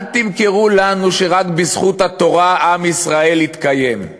אל תמכרו לנו שרק בזכות התורה עם ישראל יתקיים.